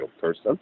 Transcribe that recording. person